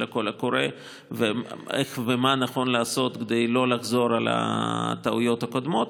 הקול הקורא ומה נכון לעשות כדי לא לחזור על הטעויות הקודמות,